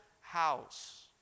house